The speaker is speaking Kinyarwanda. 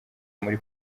muri